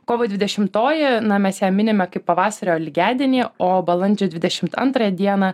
kovo dvidešimtoji na mes ją minime kaip pavasario lygiadienį o balandžio dvidešimt antrąją dieną